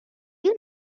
you